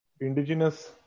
indigenous